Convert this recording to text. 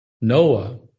Noah